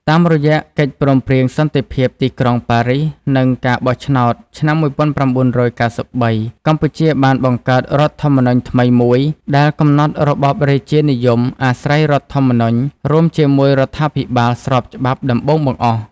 តាមរយៈកិច្ចព្រមព្រៀងសន្តិភាពទីក្រុងប៉ារីសនិងការបោះឆ្នោតឆ្នាំ១៩៩៣ កម្ពុជាបានបង្កើតរដ្ឋធម្មនុញ្ញថ្មីមួយដែលកំណត់របបរាជានិយមអាស្រ័យរដ្ឋធម្មនុញ្ញ រួមជាមួយរដ្ឋាភិបាលស្របច្បាប់ដំបូងបង្អស់